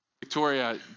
Victoria